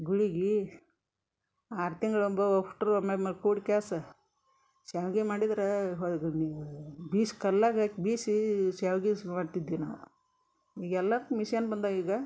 ಗುಳ್ಗಿ ಆರು ತಿಂಗ್ಳು ಒಂಬೊ ಅಷ್ಟ್ರು ಒಮೊಮ್ಮೆ ಕೂಡ್ಕ್ಯಾಸ್ ಸ್ಯಾವ್ಗೆ ಮಾಡಿದ್ರೆ ಹೊಳ್ಗೆ ಮೀಯಾ ಬೀಸಿ ಕಲ್ಲಾಗ ಬೀಸಿ ಸ್ಯಾವ್ಗಿ ಮಾಡ್ತಿದ್ವಿ ನಾವು ಈಗ ಎಲಾದ್ಕು ಮಿಶನ್ ಬಂದಾವ ಈಗ